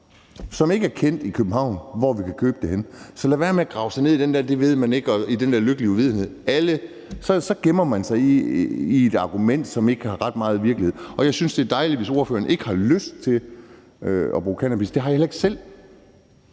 ikke er kendt i København – hvor vi kan købe det henne. Så man skal lade være med at grave sig ned i den der med, at det ved man ikke, og i den der lykkelige uvidenhed. Så gemmer man sig i et argument, som ikke har ret meget med virkeligheden at gøre. Og jeg synes, det er dejligt, hvis ordføreren ikke har lyst til at bruge cannabis. Det har jeg heller ikke selv.